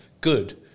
good